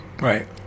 Right